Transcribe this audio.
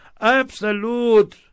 absolute